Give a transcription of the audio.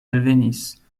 alvenis